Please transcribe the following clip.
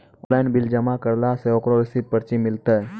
Online bill जमा करला से ओकरौ रिसीव पर्ची मिलतै?